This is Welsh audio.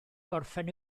gorffen